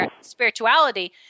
spirituality